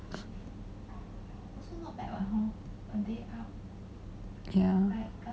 ya